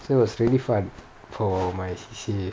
so it was really fun for my C_C_A